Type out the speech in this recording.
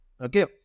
okay